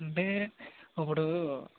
అంటే ఇప్పుడు